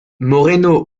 moreno